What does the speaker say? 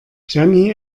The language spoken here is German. jenny